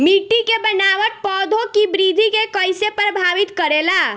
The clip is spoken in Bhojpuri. मिट्टी के बनावट पौधों की वृद्धि के कईसे प्रभावित करेला?